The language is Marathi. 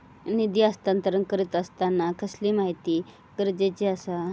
निधी हस्तांतरण करीत आसताना कसली माहिती गरजेची आसा?